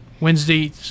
Wednesday